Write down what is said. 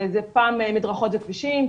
פעם זה מדרכות וכבישים,